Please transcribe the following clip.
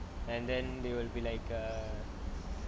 and then they will be like err